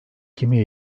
kimi